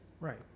Right